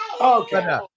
Okay